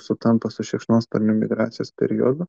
sutampa su šikšnosparnių migracijos periodu